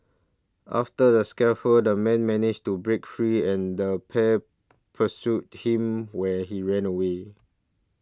after the scuffle the man managed to break free and the pair pursued him when he ran away